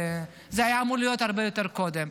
זה היה אמור להיות הרבה יותר קודם.